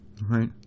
Right